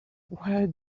where